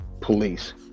police